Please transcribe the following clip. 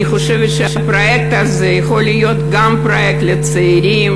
אני חושבת שהפרויקט הזה יכול להיות גם פרויקט לצעירים,